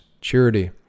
charity